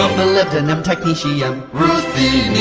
molybdenum. technetium. ruthenium!